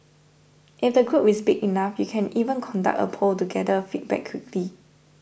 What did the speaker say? if the group is big enough you can even conduct a poll to gather feedback quickly